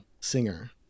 singer